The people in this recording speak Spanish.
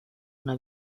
una